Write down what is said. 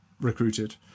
recruited